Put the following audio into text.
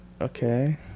okay